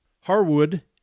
Harwood